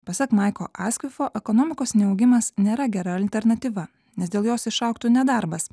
pasak maiko askvifo ekonomikos neaugimas nėra gera alternatyva nes dėl jos išaugtų nedarbas